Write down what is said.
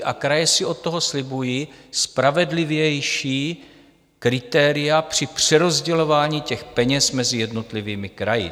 A kraje si od toho slibují spravedlivější kritéria při přerozdělování těch peněz mezi jednotlivými kraji.